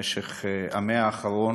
במאה האחרונה